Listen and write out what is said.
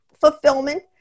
fulfillment